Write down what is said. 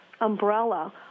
umbrella